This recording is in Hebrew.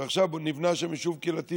שעכשיו נבנה שם יישוב קהילתי,